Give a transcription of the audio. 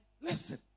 listen